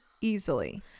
easily